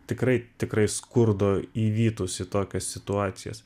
tikrai tikrai skurdo įvytus į tokias situacijas